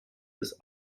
des